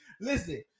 Listen